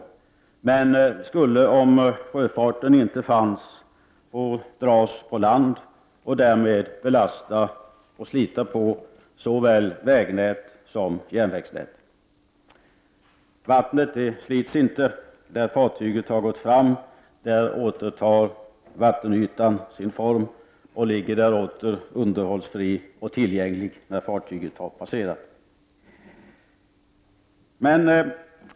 Dessa transporter skulle, om sjöfarten inte fanns, få gå över land och därmed belas:a och slita på såväl vägsom järnvägsnät. Vattnet däremot slits inte. Där ett fartyg har gått fram återtar vattenytan sin form och ligger åter underhållsfri och tillgänglig när fartyget har passerat.